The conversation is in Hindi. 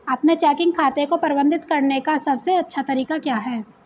अपने चेकिंग खाते को प्रबंधित करने का सबसे अच्छा तरीका क्या है?